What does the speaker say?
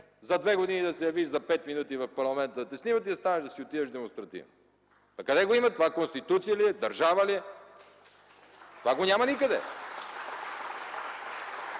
за две години да се явиш за пет минути в парламента да те снимат и да станеш да си отидеш демонстративно! Къде го има? Това Конституция ли е, държава ли е? Това го няма никъде!